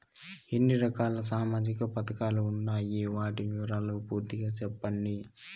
ఎన్ని రకాల సామాజిక పథకాలు ఉండాయి? వాటి వివరాలు పూర్తిగా సెప్పండి?